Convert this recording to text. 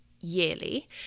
yearly